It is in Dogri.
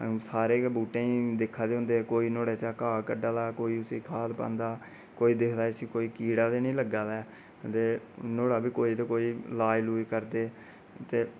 सारे गै बूहटे ई दिक्खै दे होंदे कोई नुआढ़े बिच्चा घाऽ कड्डा दा कोई उसी खाद पांदा कोई दिखदा इसी कोई कीड़ा ते नेईं लग्गा दा ऐ ते नुआढ़ा बी कोई तां कोई लाज लोज करदे ते